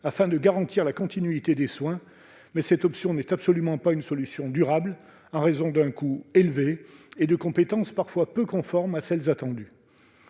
de garantir la continuité des soins, mais cette option n'est absolument pas une solution durable, en raison de son coût élevé et de compétences parfois peu conformes à celles qui